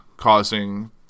causing